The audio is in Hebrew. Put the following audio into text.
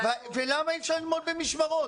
למה אי אפשר ללמוד במשמרות?